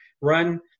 run